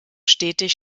stetig